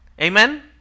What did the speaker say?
Amen